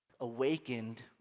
awakened